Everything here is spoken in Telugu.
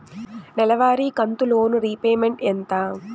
నెలవారి కంతు లోను రీపేమెంట్ ఎంత?